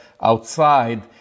outside